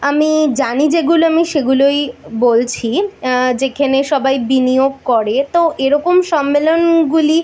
আমি জানি যেগুলো আমি সেগুলোই বলছি যেখানে সবাই বিনিয়োগ করে তো এরকম সম্মেলনগুলি